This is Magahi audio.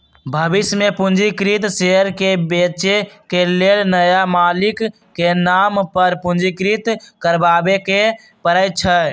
भविष में पंजीकृत शेयर के बेचे के लेल नया मालिक के नाम पर पंजीकृत करबाबेके परै छै